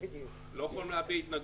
ההסדרים --- לא יכולים להביע התנגדות.